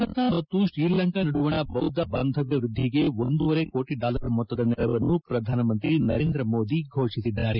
ಭಾರತ ಮತ್ತು ಶ್ರೀಲಂಕಾ ನಡುವಣ ಬೌದ್ದ ಬಾಂಧವ್ಯ ವೃದ್ದಿಗೆ ಒಂದೂವರೆ ಕೋಟಿ ಡಾಲರ್ ಮೊತ್ತದ ನೆರವನ್ನು ಪ್ರಧಾನಮಂತ್ರಿ ನರೇಂದ್ರ ಮೋದಿ ಘೋಷಿಸಿದ್ದಾರೆ